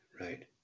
right